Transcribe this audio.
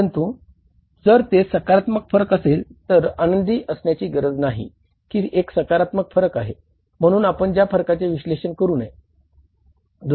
परंतु जर तेथे सकारात्मक फरक असेल तर आनंदी असण्याची गरज नाही की एक सकारात्मक फरक आहे म्हणून आपण त्या फरकाचे विश्लेषण करू नये